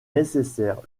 nécessaire